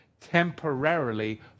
temporarily